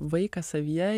vaiką savyje